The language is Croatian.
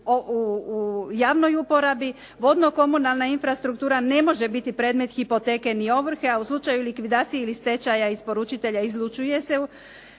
u javnoj uporabi, vodno komunalna infrastruktura ne može biti predmet hipoteke ni ovrhe, a u slučaju likvidacije ili stečaja isporučitelj izlučuje se.